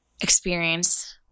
experience